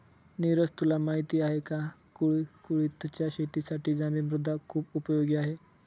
निरज तुला माहिती आहे का? कुळिथच्या शेतीसाठी जांभी मृदा खुप उपयोगी आहे